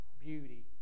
beauty